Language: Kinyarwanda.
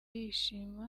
yishima